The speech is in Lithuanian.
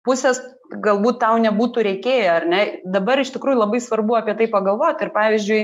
pusės galbūt tau nebūtų reikėję ar ne dabar iš tikrųjų labai svarbu apie tai pagalvot ir pavyzdžiui